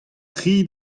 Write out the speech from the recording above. tri